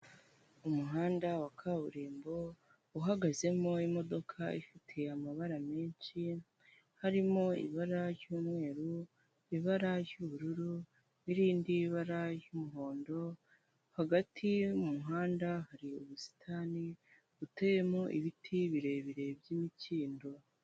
Umuhanda wa kaburimbo uhagazemo imodoka ifite amabara menshi, harimo ibara ry'umweru, ibara ry'ubururu, n'irindi barara ry'umuhondo, hagati mu muhanda hari ubusitani buteyemo ibiti birebire by'imikindo.